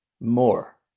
More